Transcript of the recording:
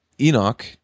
Enoch